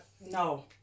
no